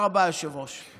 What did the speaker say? תודה רבה, היושב-ראש.